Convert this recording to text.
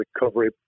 recovery